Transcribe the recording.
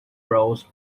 rows